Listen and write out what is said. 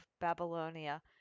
Babylonia